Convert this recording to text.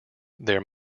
there